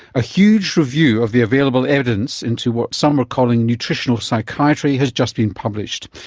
a huge review of the available evidence into what some are calling nutritional psychiatry has just been published.